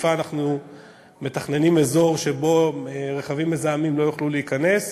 בחיפה אנחנו מתכננים אזור שרכבים מזהמים לא יוכלו להיכנס אליו,